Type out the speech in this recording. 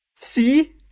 See